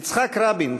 יצחק רבין,